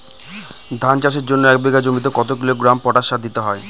ধান চাষের জন্য এক বিঘা জমিতে কতো কিলোগ্রাম পটাশ সার দিতে হয়?